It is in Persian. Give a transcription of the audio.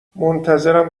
منتظرم